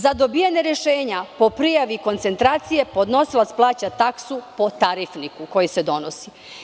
Za dobijena rešenja po prijavi koncentracije, podnosilac plaća taksu po tarifniku koji se donosi.